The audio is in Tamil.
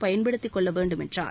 பயன்படுத்திக் கொள்ள வேண்டும் என்றார்